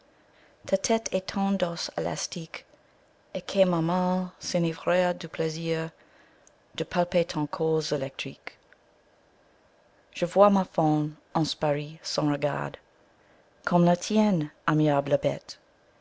ta tête et ton dos élastique et que ma main s'enivre du plaisir de palper ton corps électrique je vois ma femme en esprit son regard comme le tien aimable bête